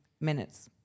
minutes